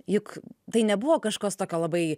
juk tai nebuvo kažkas tokio labai